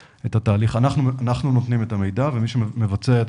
אנחנו נותנים את המידע ומי שמבצע את